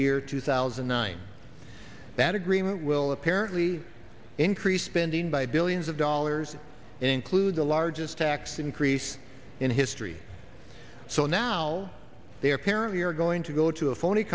year two thousand and nine that agreement will apparently increase spending by billions of dollars include the largest tax increase in history so now they apparently are going to go to a